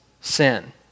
sin